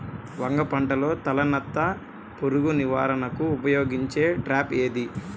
వంగ పంటలో తలనత్త పురుగు నివారణకు ఉపయోగించే ట్రాప్ ఏది?